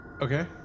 Okay